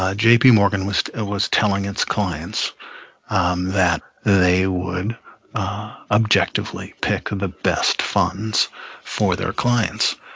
ah jp yeah morgan was was telling its clients um that they would objectively pick and the best funds for their clients,